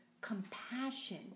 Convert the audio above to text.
compassion